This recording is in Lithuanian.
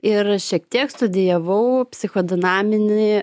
ir šiek tiek studijavau psicho dinaminį